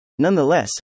Nonetheless